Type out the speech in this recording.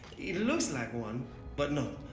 it looks like one but no.